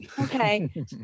okay